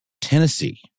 Tennessee